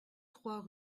trois